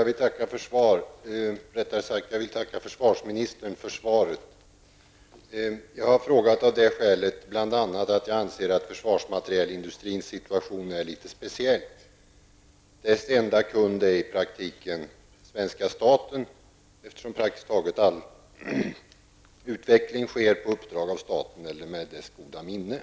Herr talman! Jag vill tacka försvarsministern för svaret. Jag ställde min fråga bl.a. av det skälet att jag anser att försvarsmaterielindustrins situation är litet speciell. Dess enda kund är i praktiken svenska staten, eftersom all utveckling i princip sker på uppdrag av staten eller med dess goda minne.